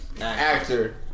Actor